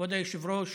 כבוד היושב-ראש,